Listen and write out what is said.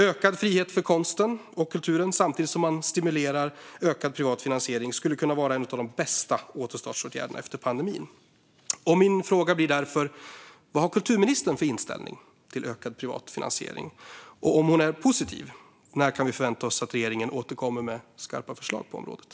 Ökad frihet för konsten och kulturen samtidigt som man stimulerar ökad privat finansiering skulle kunna vara en av de bästa återstartsåtgärderna efter pandemin. Min fråga blir därför: Vad har kulturministern för inställning till ökad privat finansiering? Och om hon är positiv undrar jag: När kan vi förvänta oss att regeringen återkommer med skarpa förslag på området?